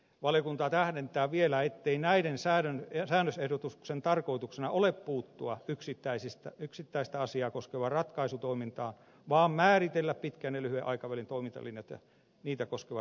valiokunta tähdentää vielä ettei näiden säännösehdotusten tarkoituksena ole puuttua yksittäistä asiaa koskevaan ratkaisutoimintaan vaan määritellä pitkän ja lyhyen aikavälin toimintalinjat ja niitä koskevat resurssit